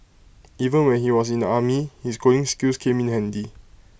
even when he was in the army his coding skills came in handy